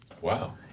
Wow